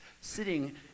sitting